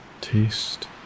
taste